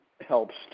helps